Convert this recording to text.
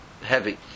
heavy